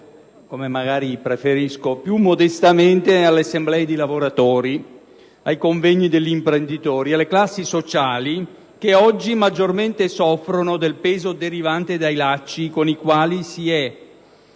come magari preferisco, più modestamente, alle assemblee dei lavoratori, ai convegni degli imprenditori, alle classi sociali che oggi maggiormente soffrono del peso derivante dai lacci con i quali si è